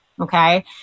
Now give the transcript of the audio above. Okay